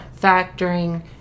factoring